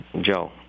Joe